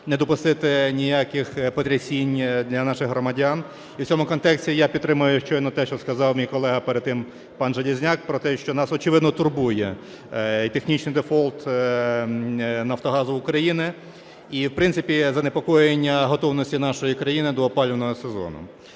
не допустити ніяких потрясінь для наших громадян. І в цьому контексті я підтримую щойно те, що сказав мій колега, перед тим, пан Железняк про те, що нас, очевидно, турбує і технічний дефолт Нафтогазу України, і, в принципі, занепокоєння готовності нашої країни до опалювального сезону.